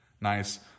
nice